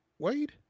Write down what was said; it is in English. Wade